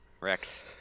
Wrecked